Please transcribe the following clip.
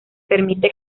permite